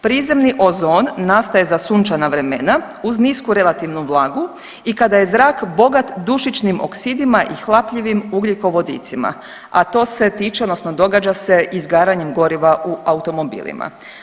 Prizemni ozon nastaje za sunčana vremena uz nisku relativnu vlagu i kada je zrak bogat dušičnim oksidima i hlapljivim ugljikovodicima, a to se tiče, odnosno događa se izgaranjem goriva u automobilima.